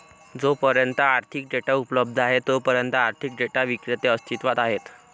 जोपर्यंत आर्थिक डेटा उपलब्ध आहे तोपर्यंत आर्थिक डेटा विक्रेते अस्तित्वात आहेत